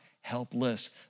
helpless